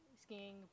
skiing